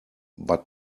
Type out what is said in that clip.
but